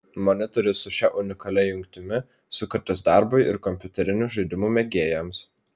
monitorius su šia unikalia jungtimi sukurtas darbui ir kompiuterinių žaidimų mėgėjams